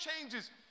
changes